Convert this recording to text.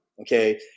Okay